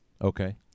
Okay